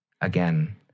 Again